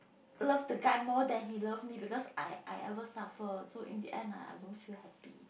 love the guy more than he love me because I I ever suffer so in the end I I won't feel happy